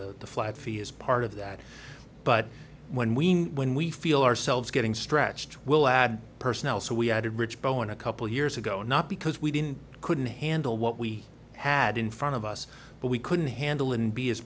the flat fee is part of that but when we when we feel ourselves getting stretched we'll add personnel so we added rich bowen a couple of years ago not because we didn't couldn't handle what we had in front of us but we couldn't handle it and be as